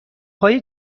های